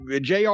Jr